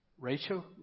Rachel